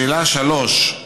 לשאלה 3,